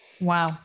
wow